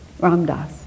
Ramdas